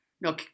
no